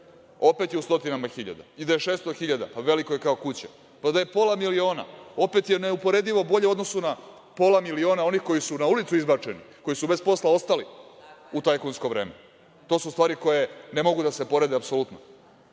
opet je u stotinama hiljada i da je 600 hiljada veliko je kao kuća. Da je pola miliona, opet je neuporedivo bolje u odnosu na pola miliona onih koji su na ulicu izbačeni, koji su bez posla ostali u tajkunsko vreme. to su stvari koje ne mogu da se porede apsolutno. Da